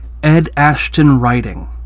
edashtonwriting